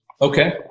Okay